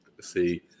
See